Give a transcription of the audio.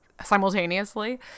simultaneously